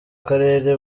karere